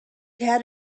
had